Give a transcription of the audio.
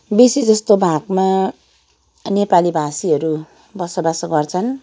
बेसी जस्तो भागमा नेपाली भाषीहरू बसोबासो गर्छन्